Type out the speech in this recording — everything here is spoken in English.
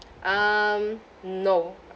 um no